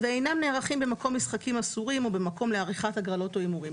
ואינם נערכים במקום משחקים אסורים או במקום לעריכת הגרלות או הימורים.